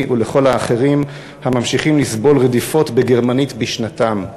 ולכל האחרים הממשיכים לסבול רדיפות בגרמנית בשנתם.